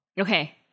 Okay